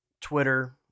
Twitter